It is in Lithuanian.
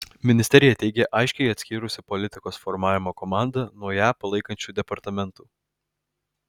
ministerija teigia aiškiai atskyrusi politikos formavimo komandą nuo ją palaikančių departamentų